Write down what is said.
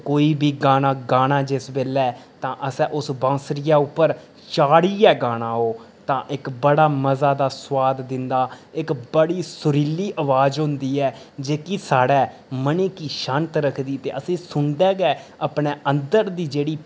कोई बी गाना गाना जिस बेल्लै तां असें उस बांसूरियै उप्पर चाड़ियै गाना ओ तां इक बड़ा मज़ा दा स्वाद दिंदा इक बड़ी सुरीली आवाज होंदी ऐ जेह्की साढ़े मनै गी शांत रखदी ते असेंगी सुनदे गै अपने मनै अंदर दी जेह्ड़ी